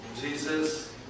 Jesus